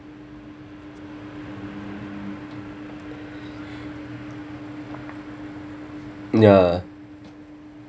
ya